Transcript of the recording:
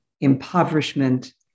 impoverishment